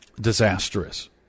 disastrous